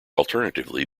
alternatively